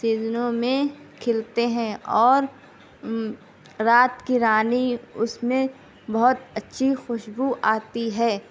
سیزنوں میں کھلتے ہیں اور رات کی رانی اس میں بہت اچھی خوشبو آتی ہے